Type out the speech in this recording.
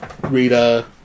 Rita